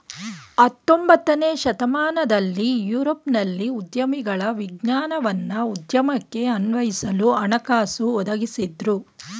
ಹತೊಂಬತ್ತನೇ ಶತಮಾನದಲ್ಲಿ ಯುರೋಪ್ನಲ್ಲಿ ಉದ್ಯಮಿಗಳ ವಿಜ್ಞಾನವನ್ನ ಉದ್ಯಮಕ್ಕೆ ಅನ್ವಯಿಸಲು ಹಣಕಾಸು ಒದಗಿಸಿದ್ದ್ರು